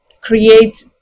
create